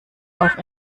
auch